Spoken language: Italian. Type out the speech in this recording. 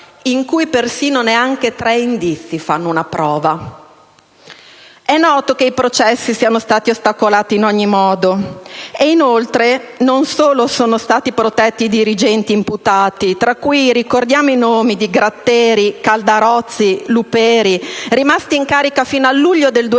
in cui neanche tre indizi fanno una prova. È noto che i processi sono stati ostacolati in ogni modo e non solo sono stati protetti i dirigenti imputati, tra cui ricordiamo i nomi di Gratteri, Caldarozzi e Luperi, rimasti in carica fino al luglio 2012